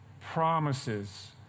promises